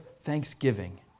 Thanksgiving